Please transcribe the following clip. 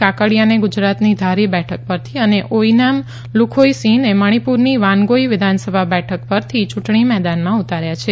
કાકડિયાને ગુજરાતની ધારી બેઠક પરથી અને ઓઇનામ લુખોઇસિંહને મણીપુરની વાનગોઇ વિધાનસભા બેઠક પરથી યુંટણી મેદાનમાં ઉતાર્યા છે